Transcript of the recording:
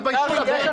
תתביישו לכם.